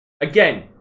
Again